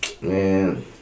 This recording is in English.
man